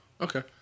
Okay